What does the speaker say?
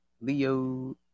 Leo